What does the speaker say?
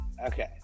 Okay